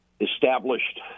established